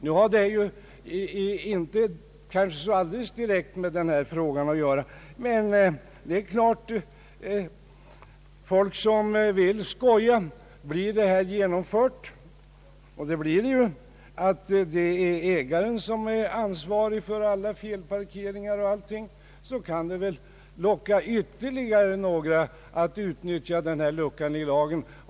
Nu har det kanske inte direkt med denna fråga att göra, men om förslaget blir genomfört — och det blir det ju — att ägaren har ansvaret för alla felparkeringar och annat, så kan det locka ytterligare personer som vill skoja att utnyttja denna lucka i lagen.